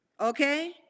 okay